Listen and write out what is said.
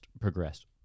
progressed